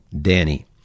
Danny